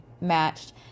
matched